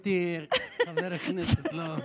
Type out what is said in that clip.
אני מכבד אותך גם בהיותי חבר כנסת, לא,